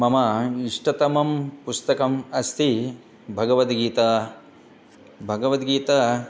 मम इष्टतमं पुस्तकम् अस्ति भगवद्गीता भगवद्गीता